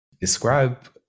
describe